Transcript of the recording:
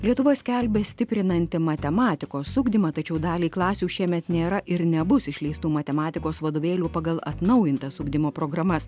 lietuva skelbia stiprinanti matematikos ugdymą tačiau daliai klasių šiemet nėra ir nebus išleistų matematikos vadovėlių pagal atnaujintas ugdymo programas